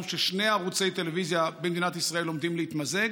ששני ערוצי טלוויזיה במדינת ישראל עומדים להתמזג,